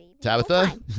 Tabitha